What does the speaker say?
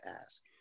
ask